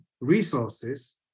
resources